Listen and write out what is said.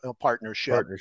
Partnership